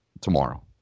tomorrow